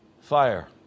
Fire